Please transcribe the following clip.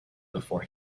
before